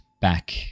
back